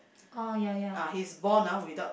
oh ya ya